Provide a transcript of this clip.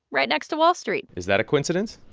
right next to wall street is that a coincidence?